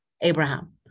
Abraham